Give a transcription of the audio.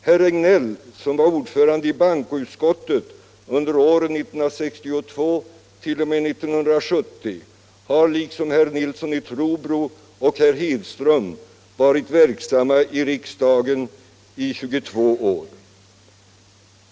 Herr Regnéll, som var ordförande i bankoutskottet åren 1962-1970, har liksom herr Nilsson i Trobro och herr Hedström varit verksam i riksdagen i 22 år.